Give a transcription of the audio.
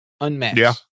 Unmatched